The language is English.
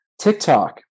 TikTok